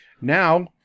Now